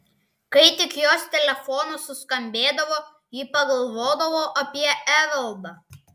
kai tik jos telefonas suskambėdavo ji pagalvodavo apie evaldą